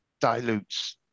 dilutes